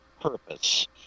purpose